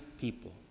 people